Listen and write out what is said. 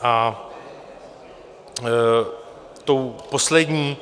A poslední,